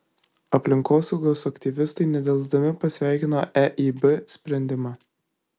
aplinkosaugos aktyvistai nedelsdami pasveikino eib sprendimą